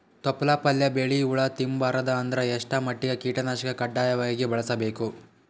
ತೊಪ್ಲ ಪಲ್ಯ ಬೆಳಿ ಹುಳ ತಿಂಬಾರದ ಅಂದ್ರ ಎಷ್ಟ ಮಟ್ಟಿಗ ಕೀಟನಾಶಕ ಕಡ್ಡಾಯವಾಗಿ ಬಳಸಬೇಕು?